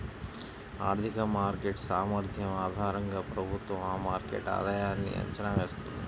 ఆర్థిక మార్కెట్ సామర్థ్యం ఆధారంగా ప్రభుత్వం ఆ మార్కెట్ ఆధాయన్ని అంచనా వేస్తుంది